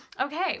Okay